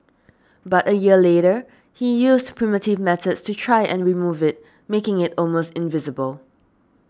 but a year later he used primitive methods to try and remove it making it almost invisible